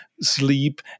sleep